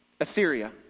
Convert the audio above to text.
Assyria